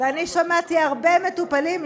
ואני שמעתי הרבה מטופלים,